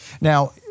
Now